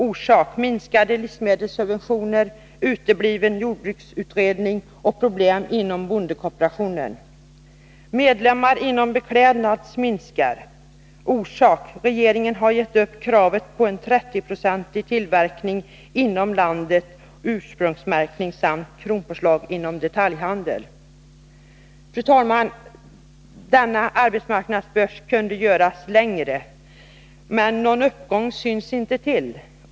Orsak: regeringen har gett upp kravet på en 30-procentig tillverkning inom landet och ursprungsmärkning samt kronpåslag inom detaljhandeln. Fru talman! Denna arbetsmarknadsbörs kunde göras längre, men någon uppgång syns inte till.